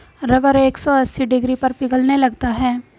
rubber एक सौ अस्सी डिग्री पर पिघलने लगता है